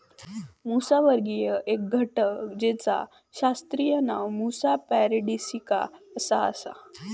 मुसावर्गीय एक घटक जेचा शास्त्रीय नाव मुसा पॅराडिसिका असा आसा